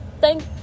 thank